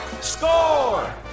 Score